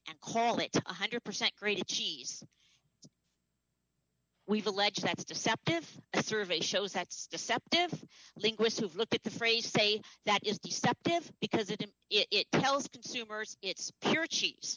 and call it one hundred percent great cheese we've alleged that's deceptive survey shows that's deceptive linguists have looked at the phrase say that is deceptive because it it tells consumers it's pure che